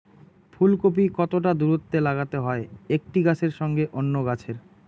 ফুলকপি কতটা দূরত্বে লাগাতে হয় একটি গাছের সঙ্গে অন্য গাছের?